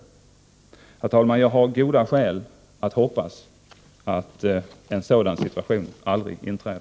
Herr talman! Jag har goda skäl att hoppas att en sådan situation aldrig inträder.